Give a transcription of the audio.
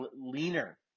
leaner